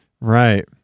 Right